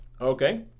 okay